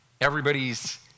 Everybody's